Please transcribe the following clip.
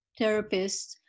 therapists